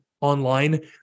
online